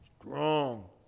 strong